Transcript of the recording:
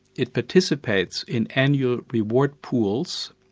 it participates in annual reward pools,